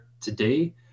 today